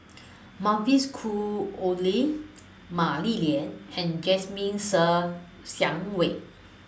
Mavis Khoo Oei Mah Li Lian and Jasmine Ser Xiang Wei